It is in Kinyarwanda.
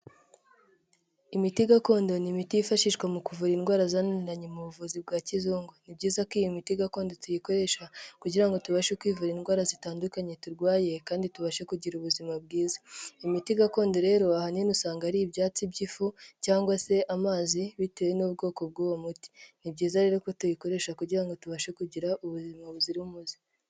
Imiti gakondo ni imiti yifashishwa mu kuvura indwara zananiranye mu buvuzi bwa kizungu. Ni byiza ko iyi miti gakondo tuyikoresha kugira ngo tubashe kwivura indwara zitandukanye turwaye kandi tubashe kugira ubuzima bwiza. Imiti gakondo rero ahanini usanga ari ibyatsi by'ifu cyangwa se amazi bitewe n'ubwoko bw'uwo muti. Ni byiza rero ko tuyikoresha kugira ngo tubashe kugira ubuzima buzira umuze.